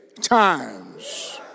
times